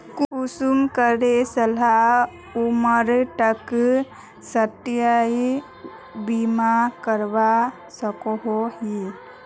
कुंसम करे साल उमर तक स्वास्थ्य बीमा करवा सकोहो ही?